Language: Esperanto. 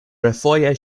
refoje